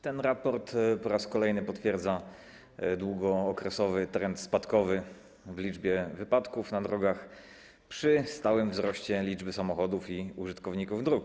Ten raport po raz kolejny potwierdza długookresowy trend spadkowy liczby wypadków na drogach przy stałym wzroście liczby samochodów i użytkowników i dróg.